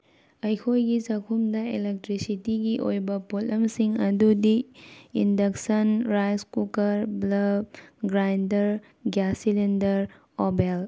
ꯑꯩꯈꯣꯏꯒꯤ ꯆꯥꯛꯈꯨꯝꯗ ꯑꯦꯂꯦꯛꯇ꯭ꯔꯤꯛꯁꯤꯇꯤꯒꯤ ꯑꯣꯏꯕ ꯄꯣꯠꯂꯝꯁꯤꯡ ꯑꯗꯨꯗꯤ induction rice cooker bulb grinder gas cylinder oven